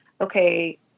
okay